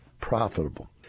profitable